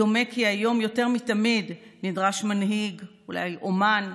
דומה כי היום יותר מתמיד נדרש מנהיג, אולי אומן,